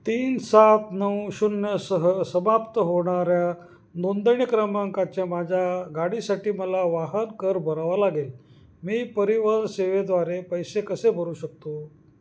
तीन सात नऊ शून्य सह समाप्त होणाऱ्या नोंदणी क्रमांकाच्या माझ्या गाडीसाठी मला वाहन कर भरावा लागेल मी परिवहन सेवेद्वारे पैसे कसे भरू शकतो